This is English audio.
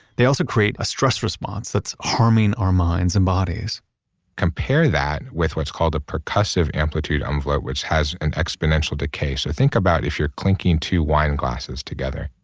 they also create a stress response that's harming our minds and bodies compare that with what's called a percussive amplitude envelope, which has an exponential decay. so think about if you're clinking two wine glasses together,